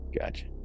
Gotcha